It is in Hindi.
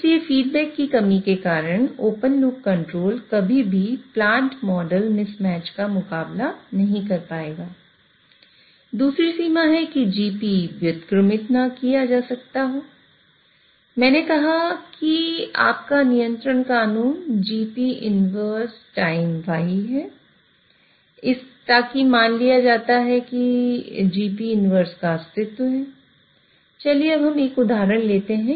इसलिए फीडबैक की कमी के कारण ओपन लूप कंट्रोल कभी भी प्लांट मॉडल मिसमैच प्रक्रिया है